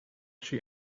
she